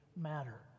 matter